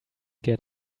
get